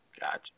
Gotcha